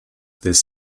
this